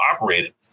operated